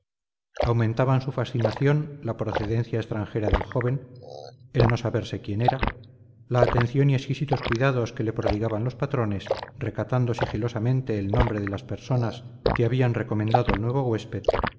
aumentaban su fascinación la procedencia extranjera del joven el no saberse quién era la atención y exquisitos cuidados que le prodigaban los patrones recatando sigilosamente el nombre de las personas que habían recomendado al nuevo